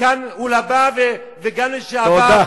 מכאן ולהבא וגם לשעבר,